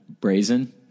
brazen